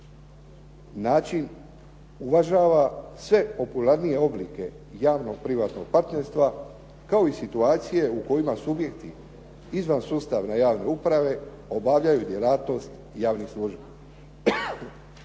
način uvažava sve popularnije oblike javno-privatnog partnerstva kao i situacije u kojima subjekti izvan sustava javne uprave obavljaju djelatnost javnih službi.